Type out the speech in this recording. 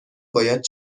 باید